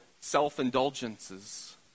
self-indulgences